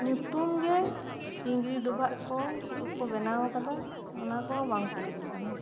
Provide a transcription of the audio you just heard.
ᱧᱩᱛᱩᱢ ᱜᱮ ᱪᱤᱸᱜᱽᱨᱤ ᱰᱩᱵᱷᱟᱜ ᱠᱚ ᱪᱮᱫ ᱠᱚᱠᱚ ᱵᱮᱱᱟᱣ ᱟᱠᱟᱫᱟ ᱚᱱᱟ ᱠᱚᱦᱚᱸ ᱵᱟᱝ ᱯᱩᱨᱟᱹᱣ ᱟᱠᱟᱱᱟ